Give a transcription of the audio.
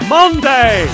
Monday